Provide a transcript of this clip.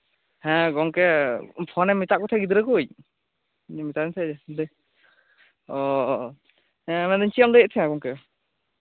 ᱦᱮᱸ ᱜᱚᱝᱠᱮ ᱯᱷᱳᱱ ᱮᱢ ᱢᱮᱛᱟᱜ ᱠᱚ ᱛᱟᱸᱦᱮᱫ ᱜᱤᱫᱽᱨᱟᱹ ᱠᱚ ᱢᱮᱛᱟ ᱫᱮ ᱛᱟᱸᱦᱮᱫ ᱡᱮ ᱚᱼᱚ ᱦᱮᱸ ᱢᱮᱱ ᱮᱫᱟᱹᱧ ᱪᱮᱫ ᱮᱢ ᱞᱟᱹᱭ ᱮᱫ ᱛᱟᱦᱮᱸᱱ ᱜᱚᱝᱠᱮ